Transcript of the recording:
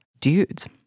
dudes